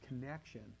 connection